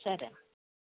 సరే అమ్మ